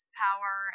power